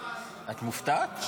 את מופתעת?